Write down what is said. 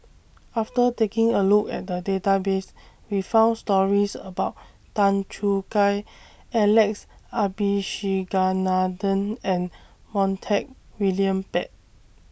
after taking A Look At The Database We found stories about Tan Choo Kai Alex Abisheganaden and Montague William Pett